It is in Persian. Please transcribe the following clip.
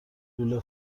لوله